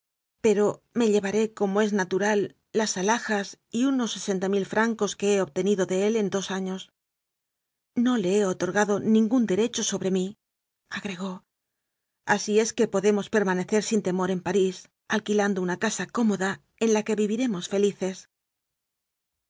pero me llevaré como es na tural las alhajas y unos sesenta mil francos que he obtenido de éi en dos años no le he otorga do ningún derecho sobre míagregó así es que podemos permanecer sin temor en parís al quilando una casa cómoda en la que viviremos felices